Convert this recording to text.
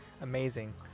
amazing